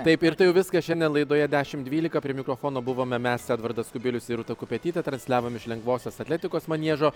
taip ir tai jau viskas šiandien laidoje dešimt dvylika prie mikrofono buvome mes edvardas kubilius ir rūta kupetytė transliavom iš lengvosios atletikos maniežo